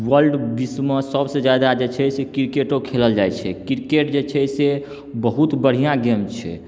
world विश्वमे सबसँ जादा जे छै से सबसँ जादा क्रिकेटो खेलल जाइत छै क्रिकेट जे छै से बहुत बढ़िआँ गेम छै